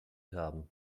haben